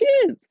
kids